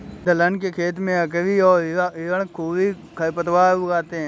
दलहन के खेत में अकरी और हिरणखूरी खरपतवार उग आते हैं